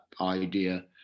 idea